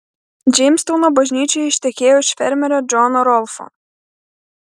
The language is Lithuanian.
džeimstauno bažnyčioje ištekėjo už fermerio džono rolfo